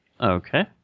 Okay